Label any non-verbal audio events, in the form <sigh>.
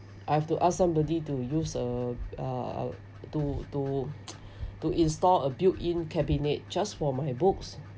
I have to ask somebody to use a uh to to <noise> to install a built in cabinet just for my books